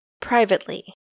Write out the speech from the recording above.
privately